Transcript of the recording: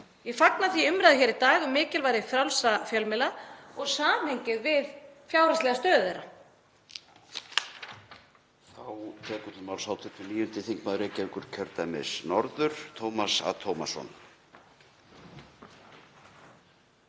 Ég fagna því umræðunni hér í dag um mikilvægi frjálsra fjölmiðla og í samhengi við fjárhagslega stöðu þeirra.